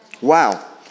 Wow